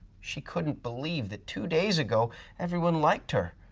she couldn't believe that two days ago everyone liked her.